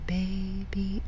baby